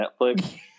Netflix